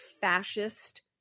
fascist